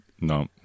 no